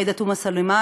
עאידה תומא סלימאן,